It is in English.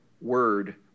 word